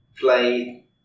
play